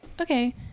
okay